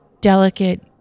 delicate